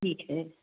ठीक है